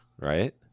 right